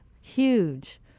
huge